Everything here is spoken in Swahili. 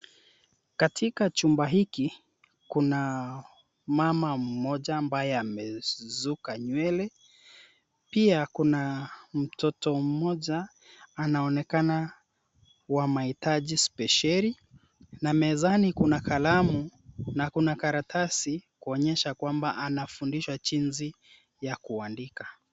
Katika chumba hiki, kuna mama mmoja ambaye amesuka nywele. Pia kuna mtoto mmoja anaonekana wa mahitaji spesheli. Na mezani kuna kalamu na kuna karatasi kuonyesha kwamba anafundishwa jinsi ya kuandika.